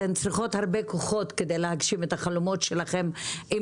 אתן צריכות הרבה כוחות כדי להגשים את החלומות שלכן עם